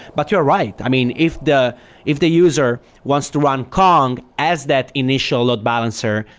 but you're right. i mean, if the if the user wants to run kong as that initial load balancer,